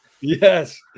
yes